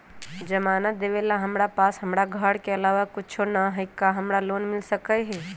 जमानत देवेला हमरा पास हमर घर के अलावा कुछो न ही का हमरा लोन मिल सकई ह?